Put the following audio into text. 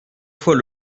fois